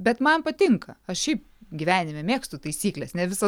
bet man patinka aš šiaip gyvenime mėgstu taisykles ne visa